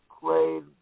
played